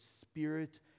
Spirit